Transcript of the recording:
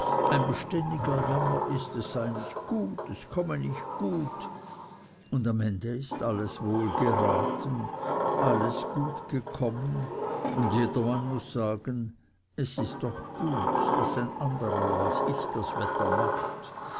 ein beständiger jammer ist es sei nicht gut es komme nicht gut und am ende ist alles wohl geraten alles gut gekommen und jedermann muß sagen es ist doch gut daß ein anderer als ich das wetter macht